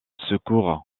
secours